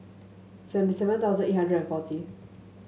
seventy seven thousand eight hundred and forty